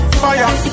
fire